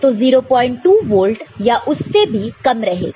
तो 02 वोल्ट या उससे भी कम रहेगा